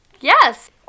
Yes